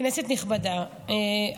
כנסת נכבדה,